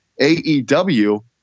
AEW